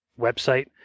website